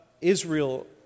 Israel